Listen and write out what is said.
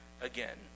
again